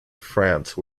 france